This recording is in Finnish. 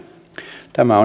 tämä